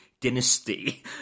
dynasty